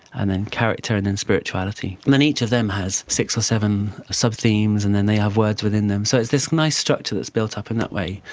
and then character and then spirituality. and then each of them has six or seven subthemes and then they have words within them, so it's this nice structure that's built up in that way.